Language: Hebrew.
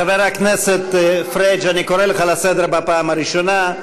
חבר הכנסת פריג', אני קורא אותך לסדר פעם ראשונה.